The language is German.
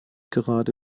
gerade